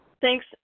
thanks